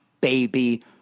baby